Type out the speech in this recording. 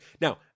now